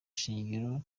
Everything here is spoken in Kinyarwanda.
shingiro